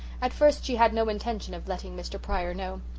at first she had no intention of letting mr. pryor know.